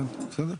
הבנתי, בסדר.